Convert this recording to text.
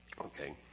Okay